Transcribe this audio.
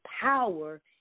power